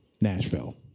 Nashville